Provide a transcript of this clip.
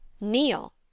kneel